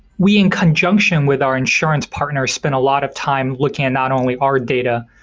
we in conjunction with our insurance partners spent a lot of time looking at not only our data,